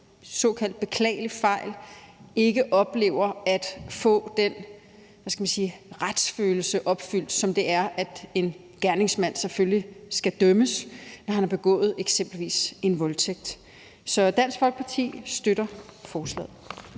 såkaldt beklagelig fejl ikke oplever, at retfærdigheden sker fyldest, ved at en gerningsmand selvfølgelig dømmes, når han har begået eksempelvis en voldtægt. Så Dansk Folkeparti støtter forslaget.